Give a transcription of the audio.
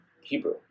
Hebrew